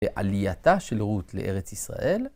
ועלייתה של רות לארץ ישראל,